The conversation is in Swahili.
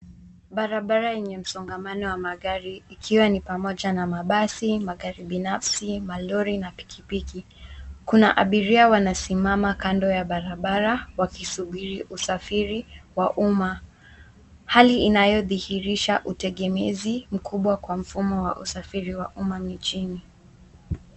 Barabara yenye msongamano wa magari ikiwa ni pamoja na mabasi, magari binafsi, malori na pikipiki. Kuna abiria wanasimama kando ya barabara wakisubiri usafiri wa umma. Hali inayo dhihirisha utegemezi mkubwa kwa usafiri wa umma nchini.